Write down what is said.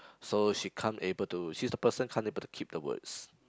so she can't able to she's the person can't able to keep the words